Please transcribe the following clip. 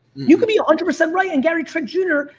you can be a hundred percent right and gary trent jr.